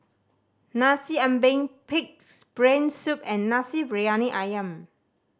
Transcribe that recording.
Nasi Ambeng Pig's Brain Soup and Nasi Briyani Ayam